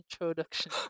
introduction